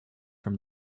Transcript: from